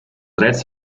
drets